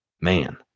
man